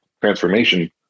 transformation